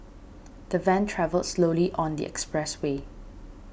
the van travelled slowly on the expressway